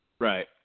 right